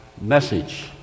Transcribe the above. message